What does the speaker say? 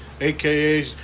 aka